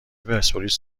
پرسپولیس